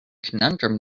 conundrum